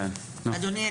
אדוני,